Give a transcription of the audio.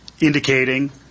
indicating